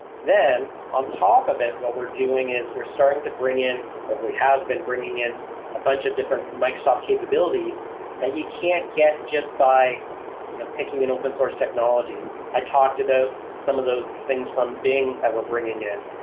then on top of it, what we're doing is we're starting to bring in, or we have been bringing in a bunch of different microsoft capabilities that you can't get just by you know picking an open-source technology i talked about some of those things from bing that we're bringing in.